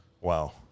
wow